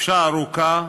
חופשה ארוכה,